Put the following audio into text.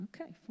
Okay